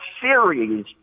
series